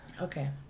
Okay